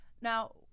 Now